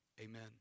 Amen